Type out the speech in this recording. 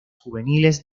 juveniles